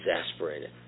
exasperated